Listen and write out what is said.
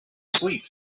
asleep